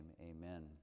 amen